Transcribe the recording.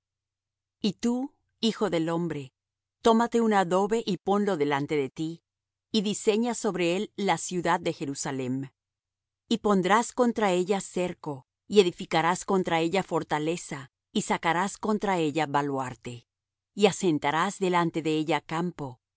y tu hijo del hombre tómate un adobe y ponlo delante de tí y diseña sobre él la ciudad de jerusalem y pondrás contra ella cerco y edificarás contra ella fortaleza y sacarás contra ella baluarte y asentarás delante de ella campo